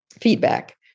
feedback